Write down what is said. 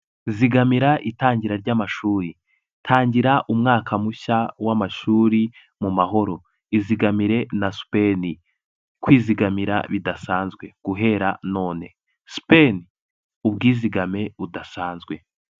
Zigamira itangira ry'amashuri, tangira umwaka mushya w'amashuri mu mahoro, izigamire na Sipeni, kwizigamira bidasanzwe guhera none, Sipeni ubwizigame budasanzwe.